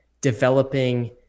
developing